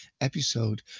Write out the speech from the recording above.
episode